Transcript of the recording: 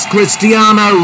Cristiano